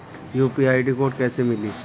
UPI code कैसे मिली?